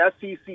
SEC